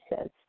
says